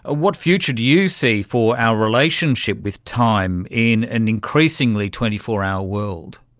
ah what future do you see for our relationship with time in an increasingly twenty four hour world?